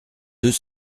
deux